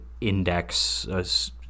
index